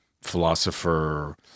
philosopher